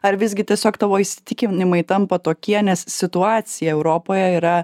ar visgi tiesiog tavo įsitikinimai tampa tokie nes situacija europoje yra